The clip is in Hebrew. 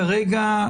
כרגע,